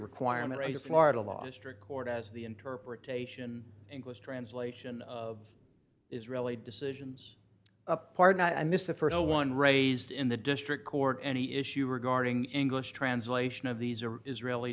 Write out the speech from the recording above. requirement to florida last record as the interpretation english translation of israeli decisions a pardon i missed the st one raised in the district court any issue regarding english translation of these or israeli